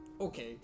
okay